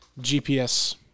GPS